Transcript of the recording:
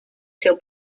seu